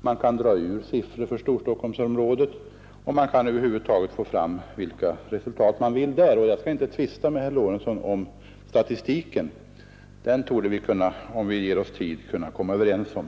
Man kan dra ifrån siffror för Storstockholmsområdet och få fram vilka resultat man vill. Jag skall inte tvista med herr Lorentzon om statistiken; hur den ser ut torde vi, om vi ger oss tid, kunna komma överens om.